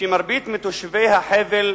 שמרבית מתושבי החבל